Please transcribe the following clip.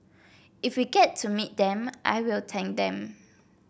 if we get to meet them I will thank them